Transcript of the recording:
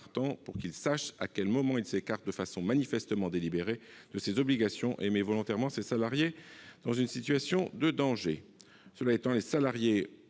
partant, de savoir à quel moment il s'écarte de façon « manifestement délibérée » de ses obligations et met volontairement ses salariés dans une situation de danger. Cela étant, les salariés